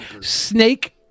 Snake